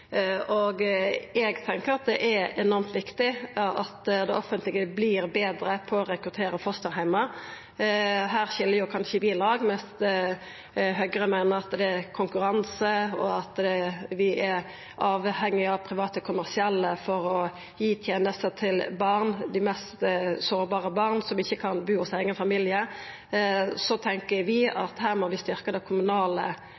Eg tenkjer at det er enormt viktig at det offentlege vert betre på å rekruttera fosterheimar. Her skil kanskje vi lag. Mens Høgre meiner at det skal vera konkurranse, og at vi er avhengige av private kommersielle for å gi tenester til barn, dei mest sårbare barna, som ikkje kan bu hos eigen familie, tenkjer vi at her må vi